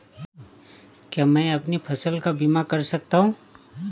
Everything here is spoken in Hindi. क्या मैं अपनी फसल का बीमा कर सकता हूँ?